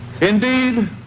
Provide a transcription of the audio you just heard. Indeed